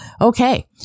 Okay